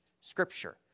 scripture